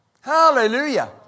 Hallelujah